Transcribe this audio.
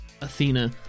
Athena